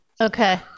Okay